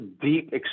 deep